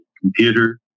computer